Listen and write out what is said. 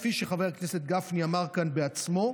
כפי שחבר הכנסת גפני אמר כאן בעצמו,